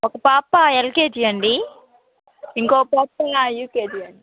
ఒక పాప ఎల్కేజీ అండి ఇంకొక పాప యూకేజీ అండి